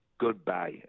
Goodbye